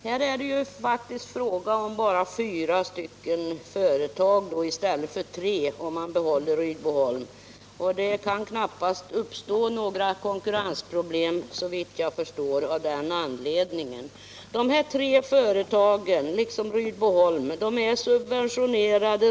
Här är det faktiskt fråga om bara fyra företag 155 i stället för tre, om man behåller Rydboholm. Av den anledningen kan det såvitt jag förstår knappast uppstå några konkurrensproblem. Dessa tre företag är liksom Rydboholm redan nu subventionerade.